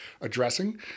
addressing